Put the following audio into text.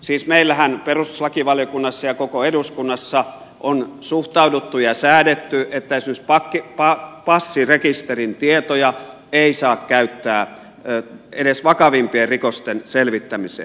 siis meillähän perustuslakivaliokunnassa ja koko eduskunnassa on suhtauduttu ja säädetty että esimerkiksi passirekisterin tietoja ei saa käyttää edes vakavimpien rikosten selvittämiseen